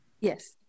Yes